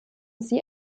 sie